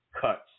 cuts